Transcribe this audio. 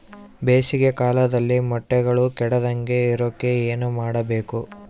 ಬೇಸಿಗೆ ಕಾಲದಲ್ಲಿ ಮೊಟ್ಟೆಗಳು ಕೆಡದಂಗೆ ಇರೋಕೆ ಏನು ಮಾಡಬೇಕು?